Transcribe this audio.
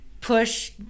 push